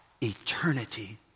eternity